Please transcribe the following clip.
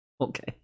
okay